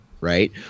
Right